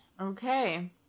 Okay